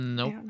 Nope